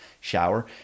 shower